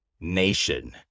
nation